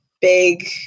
big